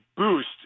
Boost